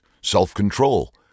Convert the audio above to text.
self-control